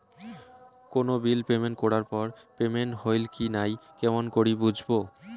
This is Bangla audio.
কোনো বিল পেমেন্ট করার পর পেমেন্ট হইল কি নাই কেমন করি বুঝবো?